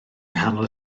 nghanol